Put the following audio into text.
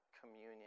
communion